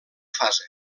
fase